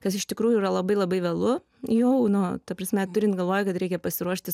kas iš tikrųjų yra labai labai vėlu jau nuo ta prasme turint galvoje kad reikia pasiruošti